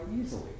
easily